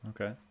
Okay